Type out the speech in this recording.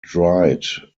dried